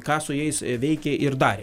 ką su jais veikė ir darė